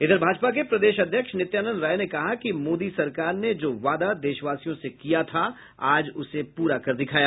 इधर भाजपा के प्रदेश अध्यक्ष नित्यानंद राय ने कहा कि मोदी सरकार ने जो वादा देशवासियों से किया था आज उसे पूरा कर दिखाया